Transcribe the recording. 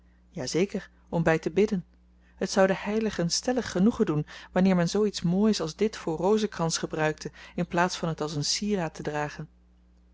zeker om bij te bidden het zou de heiligen stellig genoegen doen wanneer men zooiets moois als dit voor rozenkrans gebruikte in plaats van het als een sieraad te dragen